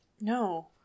No